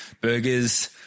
burgers